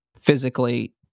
physically